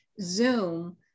Zoom